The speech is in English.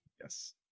Yes